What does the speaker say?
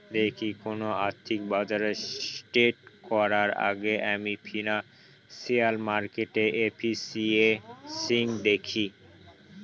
কোন আর্থিক বাজারে ট্রেড করার আগেই আমি ফিনান্সিয়াল মার্কেটের এফিসিয়েন্সি দেখি